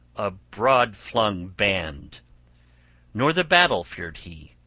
a broad-flung band nor the battle feared he,